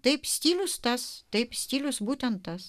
taip stilius tas taip stilius būtent tas